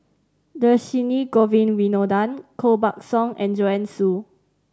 Dhershini Govin Winodan Koh Buck Song and Joanne Soo